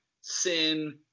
sin